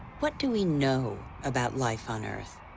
what do we know about life on earth?